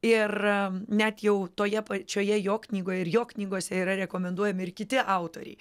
ir net jau toje pačioje jo knygoje ir jo knygose yra rekomenduojami ir kiti autoriai